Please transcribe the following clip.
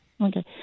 Okay